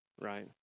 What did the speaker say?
right